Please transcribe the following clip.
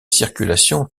circulations